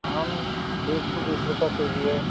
आम एक सौ बीस रुपए के जी हैं